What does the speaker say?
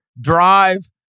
drive